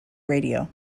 radio